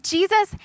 Jesus